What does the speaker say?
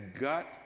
got